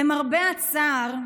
למרבה הצער,